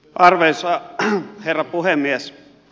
arvoisa herra puhemies